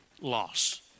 loss